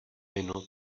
minut